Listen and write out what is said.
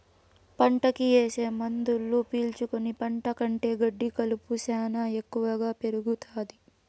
పంటకి ఏసే మందులు పీల్చుకుని పంట కంటే గెడ్డి కలుపు శ్యానా ఎక్కువగా పెరుగుతాది